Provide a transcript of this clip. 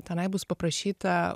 tenai bus paprašyta